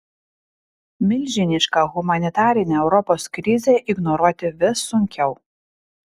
milžinišką humanitarinę europos krizę ignoruoti vis sunkiau